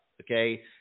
Okay